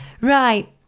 Right